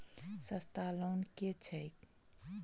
सस्ता लोन केँ छैक